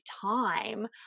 time